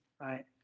right